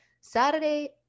Saturday